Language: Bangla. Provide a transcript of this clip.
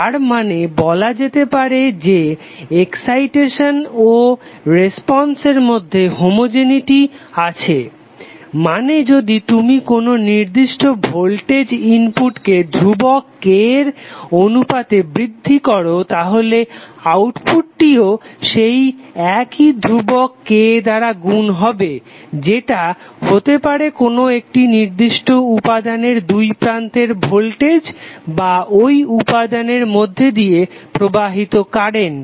তার মানে বলা যেতে পারে যে এক্সাইটেশ্ন ও রেসপন্স এর মধ্যে হোমোজেনেটি আছে মানে যদি তুমি কোনো নির্দিষ্ট ভোল্টেজ ইনপুটকে ধ্রুবক K এর অনুপাতে বৃদ্ধি করো তাহলে আউটপুটটিও সেই একই ধ্রুবক K দ্বারা গুন হবে যেটা হতে পারে কোনো একটি নির্দিষ্ট উপাদানের দুইপ্রান্তের ভোল্টেজ বা ঐ উপাদানের মধ্যে দিয়ে প্রবাহিত কারেন্ট